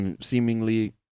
seemingly